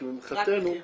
כי מבחינתנו --- רק מכירה.